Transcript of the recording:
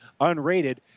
unrated